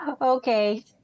Okay